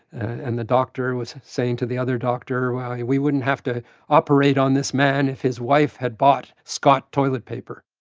and the doctor was saying to the other doctor, we wouldn't have to operate on this man if his wife had bought scott toilet paper.